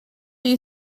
you